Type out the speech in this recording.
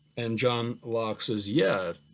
and john locke says yeah,